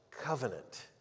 covenant